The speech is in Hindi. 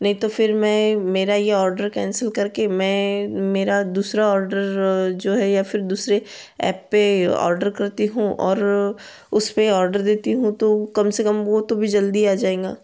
नहीं तो फिर मैं मेरा ये आर्डर कैंसिल करके मैं मेरा दूसरा आर्डर जो है या फिर दूसरे ऐप पर आर्डर करती हूँ और उसमें ऑर्डर देती हूँ तो कम से कम वह तो भी जल्दी आ जाएँगा